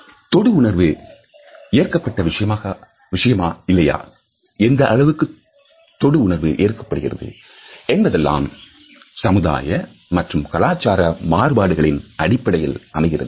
தொடு உணர்வு ஏற்கப்பட்ட விஷயமா இல்லையா எந்த அளவுக்கு தொடு உணர்வு ஏற்படுகிறது என்பதெல்லாம் சமுதாய மற்றும் கலாச்சார மாறுபாடுகளின் அடிப்படையில் அமைகிறது